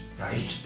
Right